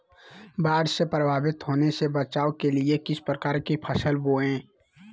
बाढ़ से प्रभावित होने से बचाव के लिए किस प्रकार की फसल बोए?